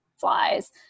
flies